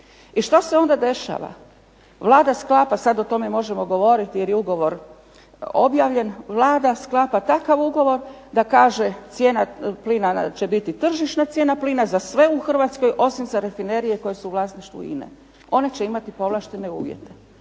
I što se onda dešava? Vlada sklapa sada o tome možemo govoriti jer je ugovor objavljen, Vlada sklapa takav ugovor da kaže cijena plina će biti tržišna plina za sve u Hrvatskoj osim rafinerija koje su u vlasništvu INA-e. one će imati povlaštene uvjete.